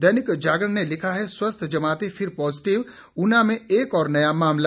दैनिक जागरण ने लिखा है स्वस्थ जमाती फिर पॉजिटिव ऊना में एक और नया मामला